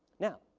now,